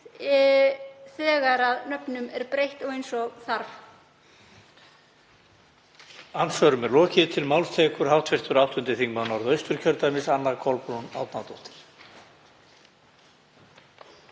þegar nöfnum er breytt eins og þarf.